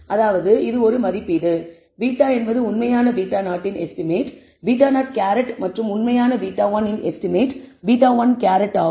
அதாவது இது ஒரு மதிப்பீடு β என்பது உண்மையான β0 இன் எஸ்டிமேட் β̂₀ மற்றும் உண்மையான β1 இன் எஸ்டிமேட் β̂1 ஆகும்